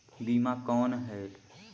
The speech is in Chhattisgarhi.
बीमा कौन है?